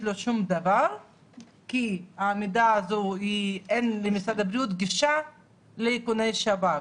לו שום דבר כי אין למשרד הבריאות גישה לאיכוני השב"כ.